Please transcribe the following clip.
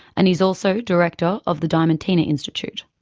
and he is also director of the diamantina institute.